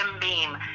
Beam